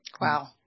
Wow